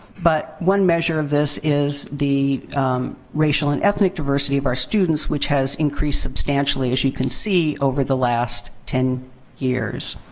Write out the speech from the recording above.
but one measure of this is the racial and ethnic diversity of our students, which has increased substantially, as you can see, over the last ten years.